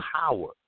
power